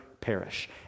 perish